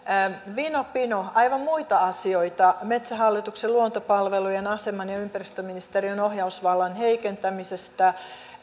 vino pino aivan muita asioita metsähallituksen luontopalvelujen aseman ja ja ympäristöministeriön ohjausvallan heikentämisestä